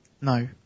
No